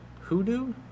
hoodoo